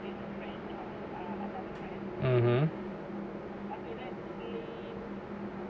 (uh huh)